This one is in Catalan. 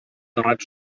terrat